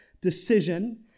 decision